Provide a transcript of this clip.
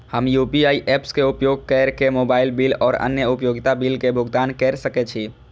हम UPI apps के उपयोग केर के मोबाइल बिल और अन्य उपयोगिता बिल के भुगतान केर सके छी